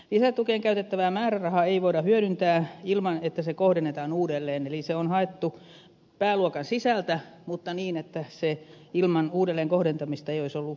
lisätukeen käytettävää määrärahaa ei voida hyödyntää ilman että se kohdennetaan uudelleen eli se on haettu pääluokan sisältä mutta ilman uudelleenkohdentamista sitä ei olisi ollut mahdollista käyttää